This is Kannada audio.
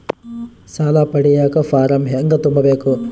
ಸಾಲ ಪಡಿಯಕ ಫಾರಂ ಹೆಂಗ ತುಂಬಬೇಕು?